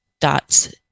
dots